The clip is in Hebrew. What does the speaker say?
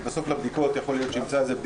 כי בסוף יכול להיות שנמצא איזו תוצאות